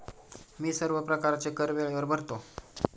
मी सर्व प्रकारचे कर वेळेवर भरतो